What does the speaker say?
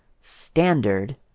standard